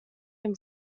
him